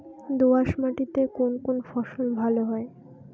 দোঁয়াশ মাটিতে কোন কোন ফসল ভালো হয়?